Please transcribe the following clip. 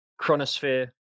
Chronosphere